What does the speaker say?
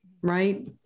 right